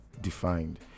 defined